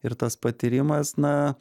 ir tas patyrimas na